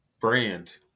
brand